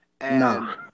No